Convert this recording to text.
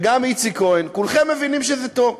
וגם איציק כהן, כולכם מבינים שזה טוב.